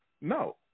No